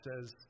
says